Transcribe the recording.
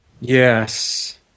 Yes